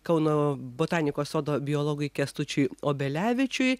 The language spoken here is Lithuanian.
kauno botanikos sodo biologui kęstučiui obelevičiui